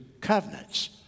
covenants